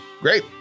Great